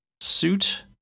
suit